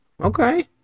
Okay